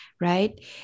right